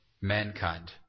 mankind